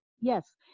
Yes